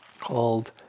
called